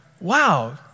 Wow